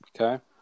okay